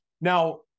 Now